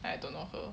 I don't know her